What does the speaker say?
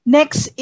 Next